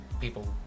people